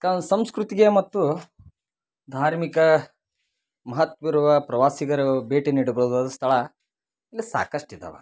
ಸಂಸ್ಕೃತಿಗೆ ಮತ್ತು ಧಾರ್ಮಿಕ ಮಹತ್ವವಿರುವ ಪ್ರವಾಸಿಗರು ಭೇಟಿ ನೀಡಬಹುದಾದ ಸ್ಥಳ ಇಲ್ಲಿ ಸಾಕಷ್ಟು ಇದ್ದಾವ